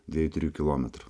dviejų trijų kilometrų